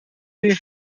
sie